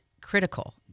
critical